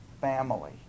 family